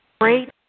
great